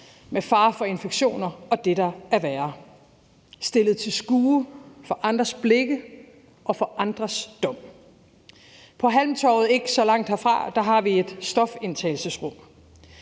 med fare for infektioner og det, der er værre. Man er stillet til skue for andres blikke og for andres dom. På Halmtorvet ikke så langt herfra har vi et stofindtagelsesrum.